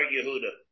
Yehuda